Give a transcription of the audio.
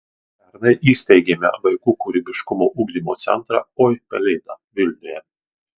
pernai įsteigėme vaikų kūrybiškumo ugdymo centrą oi pelėda vilniuje